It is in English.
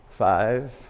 five